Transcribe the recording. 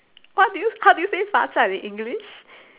what do you how do you say 罚站 in english